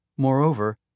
Moreover